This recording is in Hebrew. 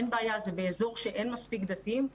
אין בעיה, זה באזור שאין מספיק דתיים?